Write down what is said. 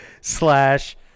Slash